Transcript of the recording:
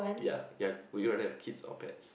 ya you have would you rather have kids or pets